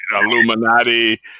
Illuminati